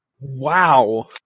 Wow